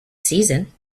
season